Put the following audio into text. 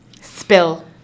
Spill